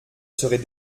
serai